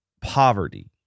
poverty